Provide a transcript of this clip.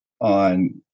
on